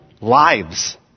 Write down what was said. lives